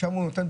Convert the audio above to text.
שם הוא נותן.